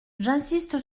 j’insiste